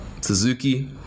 Suzuki